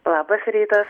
labas rytas